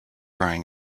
crying